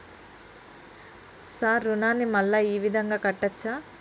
Sir రుణాన్ని మళ్ళా ఈ విధంగా కట్టచ్చా?